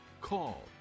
call